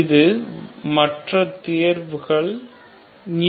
இது விரும்பத்தக்கதல்ல மற்ற தேர்வுகள் μnπ n123